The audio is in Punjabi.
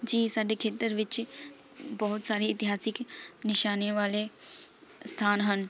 ਜੀ ਸਾਡੇ ਖੇਤਰ ਵਿੱਚ ਬਹੁਤ ਸਾਰੇ ਇਤਿਹਾਸਿਕ ਨਿਸ਼ਾਨੀਆਂ ਵਾਲੇ ਸਥਾਨ ਹਨ